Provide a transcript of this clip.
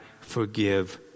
forgive